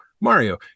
Mario